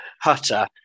Hutter